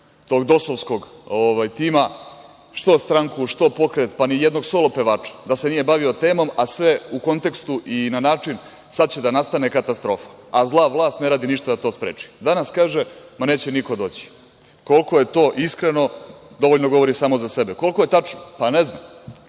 tog DOS-ovskog tima, što stranku, što pokret, pa nijednog solo pevača da se nije bavio temom, a sve u kontekstu i na način - sad će da nastane katastrofa, a zla vlast ne radi ništa da to spreči. Danas kaže – ma, neće niko doći. Koliko je to iskreno, dovoljno govori samo za sebe. Koliko je tačno? Pa, ne znam.